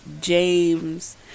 James